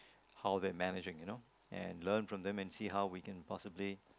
how they're managing you know and learn from them and see how we can possibly